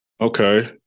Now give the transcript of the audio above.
Okay